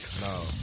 No